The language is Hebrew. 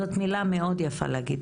זאת מילה מאוד יפה להגיד.